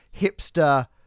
hipster